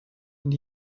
and